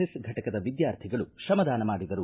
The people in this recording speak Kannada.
ಎಸ್ ಫಟಕದ ವಿದ್ಯಾರ್ಥಿಗಳು ಶ್ರಮದಾನ ಮಾಡಿದರು